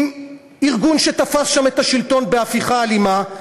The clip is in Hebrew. עם ארגון שתפס שם את השלטון בהפיכה אלימה,